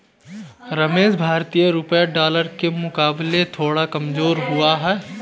रमेश भारतीय रुपया डॉलर के मुकाबले थोड़ा कमजोर हुआ है